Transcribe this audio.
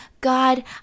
God